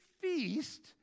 feast